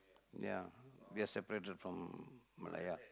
ya we are separated from Malaya